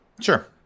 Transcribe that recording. Sure